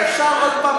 אפשר עוד פעם,